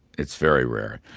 it's very rare.